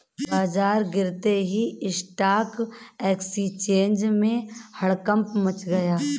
बाजार गिरते ही स्टॉक एक्सचेंज में हड़कंप मच गया